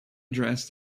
dressed